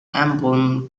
emblem